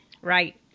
Right